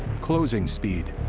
closing speed,